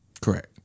Correct